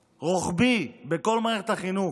רוחבי, בכל מערכת החינוך?